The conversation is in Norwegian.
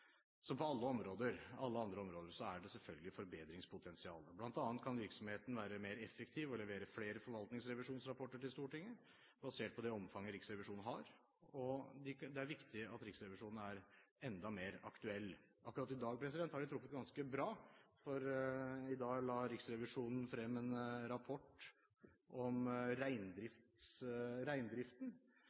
Som på alle andre områder er det selvfølgelig forbedringspotensial, bl.a. kan virksomheten være mer effektiv og levere flere forvaltningsrevisjonsrapporter til Stortinget basert på det omfanget Riksrevisjonen har. Det er viktig at Riksrevisjonen er enda mer aktuell. Akkurat i dag har de truffet ganske bra, for i dag la Riksrevisjonen frem en rapport om reindriften,